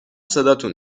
صداتون